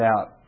out